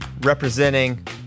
representing